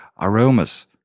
aromas